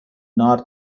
north